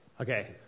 Okay